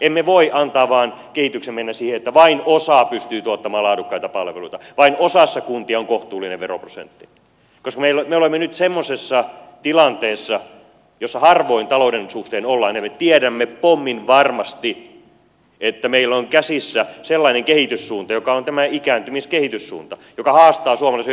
emme voi antaa vaan kehityksen mennä siihen että vain osa pystyy tuottamaan laadukkaita palveluita vain osassa kuntia on kohtuullinen veroprosentti koska me olemme nyt semmoisessa tilanteessa jossa harvoin talouden suhteen ollaan ja me tiedämme pomminvarmasti että meillä on käsissämme sellainen kehityssuunta joka on tämä ikääntymiskehityssuunta joka haastaa suomalaisen hyvinvointiyhteiskunnan